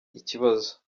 ikibazo